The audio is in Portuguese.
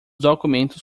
documentos